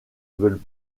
veulent